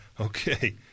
Okay